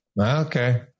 Okay